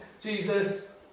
Jesus